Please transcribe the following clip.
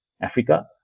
Africa